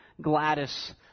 Gladys